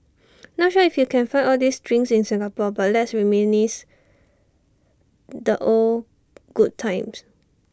not sure if you can find all these drinks in Singapore but let's reminisce the old good times